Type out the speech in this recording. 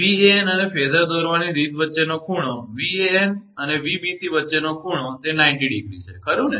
𝑉𝑎𝑛 અને ફેઝર દોરવાની રીતની વચ્ચેનો ખૂણો 𝑉𝑎𝑛 અને 𝑉𝑏𝑐 વચ્ચેનો ખૂણો તે 90° છે ખરું ને